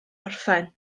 orffen